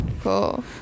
Cool